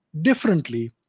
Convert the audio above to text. differently